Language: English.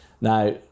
Now